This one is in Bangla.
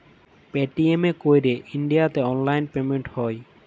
পেটিএম এ ক্যইরে ইলডিয়াতে অললাইল পেমেল্ট হ্যয়